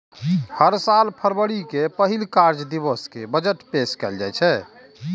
हर साल फरवरी के पहिल कार्य दिवस कें बजट पेश कैल जाइ छै